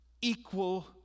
equal